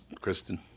Kristen